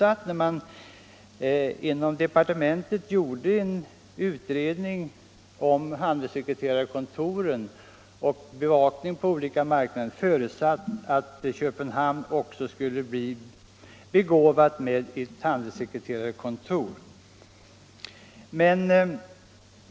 Man hade, när man inom departementet gjorde en utredning om handelssekreterarkontor och bevakning på olika marknader, förutsatt att Köpenhamn också skulle bli begåvat med ett handelssekreterarkontor.